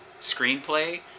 screenplay